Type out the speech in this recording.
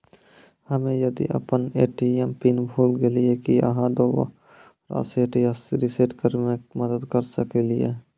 हम्मे यदि अपन ए.टी.एम पिन भूल गलियै, की आहाँ दोबारा सेट या रिसेट करैमे मदद करऽ सकलियै?